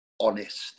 honest